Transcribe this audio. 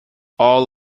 all